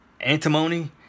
antimony